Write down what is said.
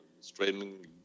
streaming